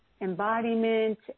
embodiment